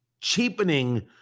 cheapening